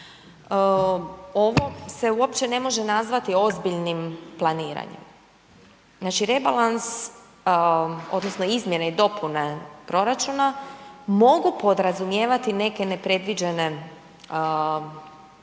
Ovo se uopće ne može nazvati ozbiljnim planiranjem. Znači rebalans, odnosno izmjene i dopune proračuna mogu podrazumijevati neke nepredviđene elemente